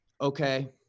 okay